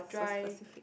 so specific